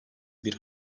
bir